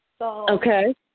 Okay